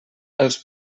els